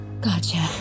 gotcha